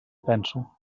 penso